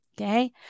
Okay